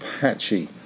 patchy